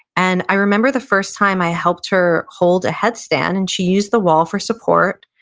and i remember the first time i helped her hold a headstand, and she used the wall for support.